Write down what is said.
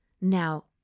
Now